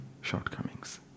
shortcomings